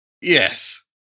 Yes